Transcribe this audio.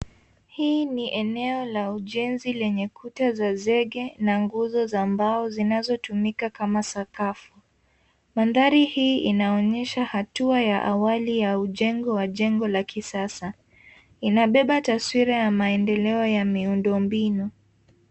Hii ni eneo la ujenzi lenye kuta za zege na nguzo za mbao zinazotumika kama sakafu. Mandhari hii inaonyesha hatua ya awali ya ujengo wa jengo la kisasa. Inabeba taswira ya maendeleo ya miundombinu.